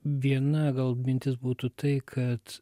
viena gal mintis būtų tai kad